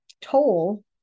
toll